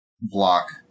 block